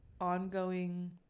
ongoing